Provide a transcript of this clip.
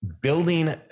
Building